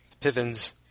Pivens